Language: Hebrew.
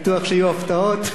תודה רבה.